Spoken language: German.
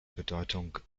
bedeutung